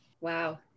Wow